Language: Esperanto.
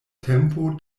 tempo